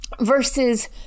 Versus